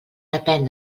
depén